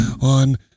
on